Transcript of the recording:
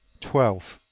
twelve.